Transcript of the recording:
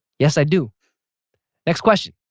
yes, i do next question